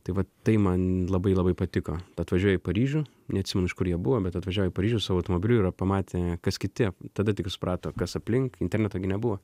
tai vat tai man labai labai patiko atvažiuoja į paryžių neatsimenu iš kur jie buvo bet atvažiavo į paryžių savo automobiliu ir pamatė kas kiti tada tik suprato kas aplink interneto gi nebuvo